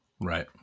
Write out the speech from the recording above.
Right